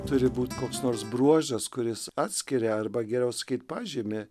turi būt koks nors bruožas kuris atskiria arba geriau sakyti pažymi